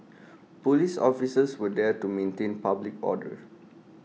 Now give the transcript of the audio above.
Police officers were there to maintain public order